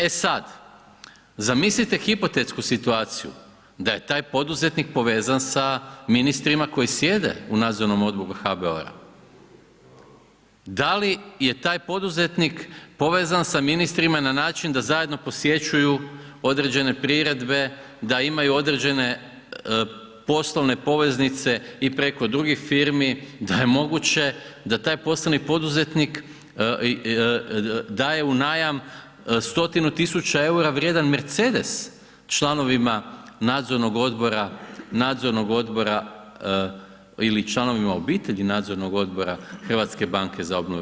E sad, zamislite hipotetsku situaciju da je taj poduzetnik povezan sa ministrima koji sjede u nadzornom odboru HBOR-a, da li je taj poduzetnik povezan sa ministrima i na način da zajedno posjećuju određene priredbe, da imaju određene poslovne poveznice i preko drugih firmi, da je moguće da taj poslovni poduzetnik daje u najam stotinu tisuća eura vrijedan Mercedes članovima nadzornog odbora ili članovima obitelji nadzornog odbora HBOR-a.